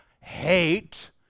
hate